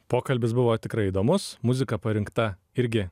pokalbis buvo tikrai įdomus muzika parinkta irgi